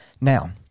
Now